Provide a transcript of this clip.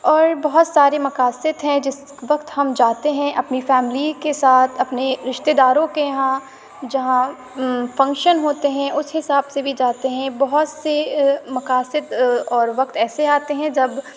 اور بہت سارے مقاصد ہیں جس وقت ہم جاتے ہیں اپنی فیملی کے ساتھ اپنے رشتہ داروں کے یہاں جہاں فنکشن ہوتے ہیں اس حساب سے بھی جاتے ہیں بہت سے مقاصد اور وقت ایسے آتے ہیں جب